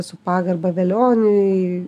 su pagarba velioniui